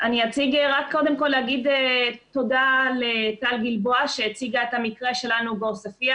קודם כל להגיד תודה לטל גלבוע שהציגה את המקרה שלנו בעוספיה